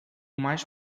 mais